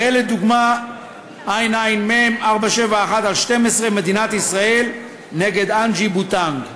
ראה לדוגמה עע"מ 471/12 מדינת ישראל נ' אנג'י בוטנג.